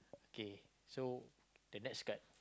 okay so the next card